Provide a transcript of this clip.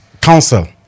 council